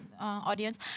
audience